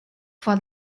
for